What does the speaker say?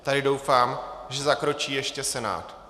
Tady doufám, že zakročí ještě Senát.